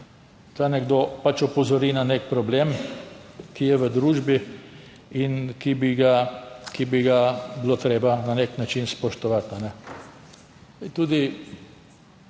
da nekdo opozori na nek problem, ki je v družbi in ki bi ga bilo treba na nek način spoštovati.